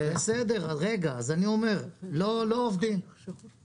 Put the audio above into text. אני אומר, לא כולם עובדים.